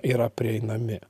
yra prieinami